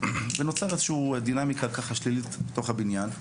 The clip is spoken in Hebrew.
ונוצר איזושהי דינמיקה שלילית בתוך הבניין.